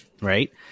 Right